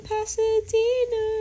Pasadena